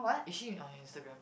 is she on your Instagram